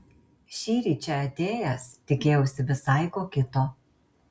šįryt čia atėjęs tikėjausi visai ko kito